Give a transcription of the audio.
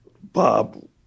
Bob